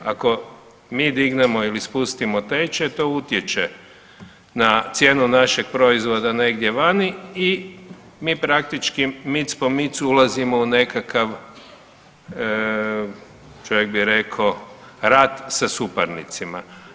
Ako mi dignemo ili spustimo tečaj to utječe na cijenu našeg proizvoda negdje vani i mi praktički mic po mic ulazimo u nekakav čovjek bi rekao rat sa suparnicima.